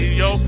yo